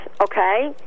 okay